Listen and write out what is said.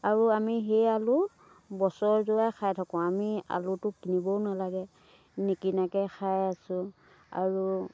আৰু আমি সেই আলু বছৰজোৰাই খাই থাকোঁ আমি আলুটো কিনিবও নালাগে নিকিনাকৈ খাই আছোঁ আৰু